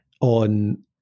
on